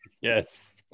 Yes